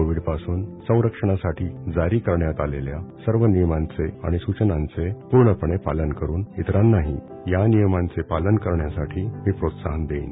COVID पासून संरक्षणासाठी जारी करण्यात आलेल्या सर्व नियमांचे आणि सुचनांचे पूर्णपणे पालन करून इतरांनाही या नियमांचे पालन करण्यासाठी मी प्रोत्साहन देईन